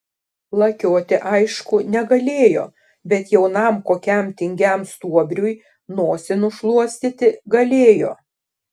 lakioti aišku negalėjo bet jaunam kokiam tingiam stuobriui nosį nušluostyti galėjo